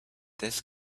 this